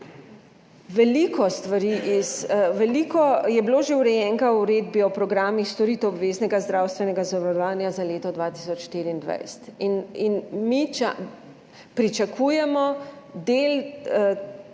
Veliko je bilo že urejenega v uredbi o programih storitev obveznega zdravstvenega zavarovanja za leto 2024 in mi pričakujemo del